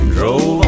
Drove